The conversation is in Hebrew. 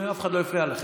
ואף אחד לא הפריע לכן.